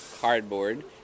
cardboard